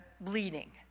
bleeding